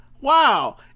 wow